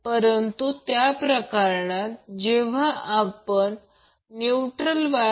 तर प्रत्यक्षात current Ia VAN Z